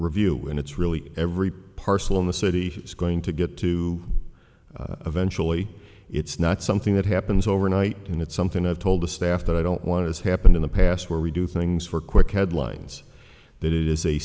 review and it's really every parcel in the city is going to get to eventually it's not something that happens overnight and it's something i've told the staff that i don't want as happened in the past where we do things for quick headlines that it is a